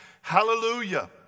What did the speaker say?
Hallelujah